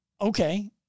Okay